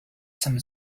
some